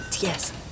yes